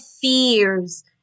fears